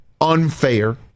unfair